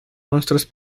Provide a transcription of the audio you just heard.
monstruos